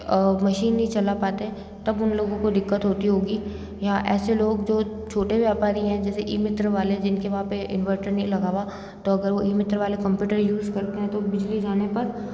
machine नहीं चला पाते तब उन लोगों को दिक्कत होती होगी या ऐसे लोग जो छोटे व्यापारी हैं जैसे ई मित्र वाले जिनके वहाँ पे इन्वर्टर नहीं लगा हुआ तो अगर वो ई मित्र वाले कंप्यूटर यूज़ करते है तो बिजली जाने पर